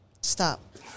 Stop